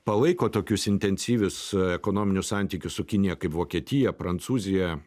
palaiko tokius intensyvius ekonominius santykius su kinija kaip vokietija prancūzija